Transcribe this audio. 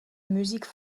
musique